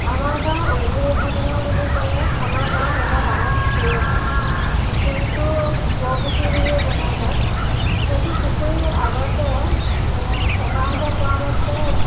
আমাৰ গাঁৱৰ ঐতিহাসিক ঘটনা বুলি ক'লে আমাৰ গাঁৱত এটা ডাঙৰ পুখুৰী আছে পুখুৰীটো বৰপুখুৰী বুলিয়েই জনাজাত সেইটো পুখুৰী আগতে ককাহঁতে কোৱামতে